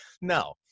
no